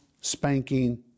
spanking